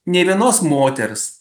nei vienos moters